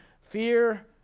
Fear